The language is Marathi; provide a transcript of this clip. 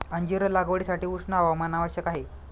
अंजीर लागवडीसाठी उष्ण हवामान आवश्यक आहे